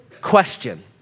question